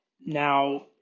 Now